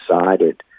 decided